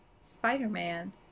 Spider-Man